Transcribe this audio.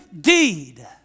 deed